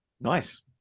Nice